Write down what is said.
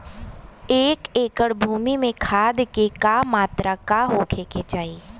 एक एकड़ भूमि में खाद के का मात्रा का होखे के चाही?